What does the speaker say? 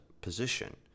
position